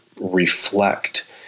reflect